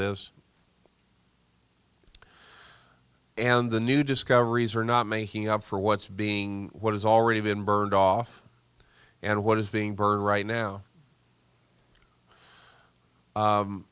this and the new discoveries are not making up for what's being what has already been burned off and what is being burn